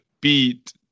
beat